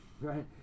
right